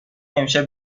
امشب